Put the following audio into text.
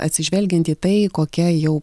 atsižvelgiant į tai kokia jau